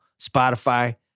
Spotify